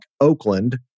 Oakland